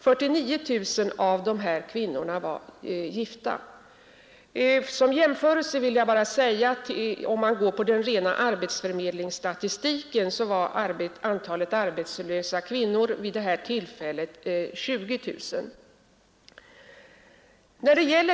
49 000 av dessa var gifta. Som jämförelse vill jag nämna att enligt den rena arbetslöshetsstatistiken var antalet arbetslösa kvinnor vid detta tillfälle 20 000.